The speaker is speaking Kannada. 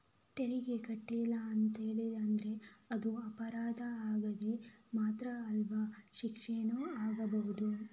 ತೆರಿಗೆ ಕಟ್ಲಿಲ್ಲ ಅಂತೇಳಿ ಆದ್ರೆ ಅದು ಅಪರಾಧ ಆಗ್ತದೆ ಮಾತ್ರ ಅಲ್ಲ ಶಿಕ್ಷೆನೂ ಆಗ್ಬಹುದು